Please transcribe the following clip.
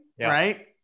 right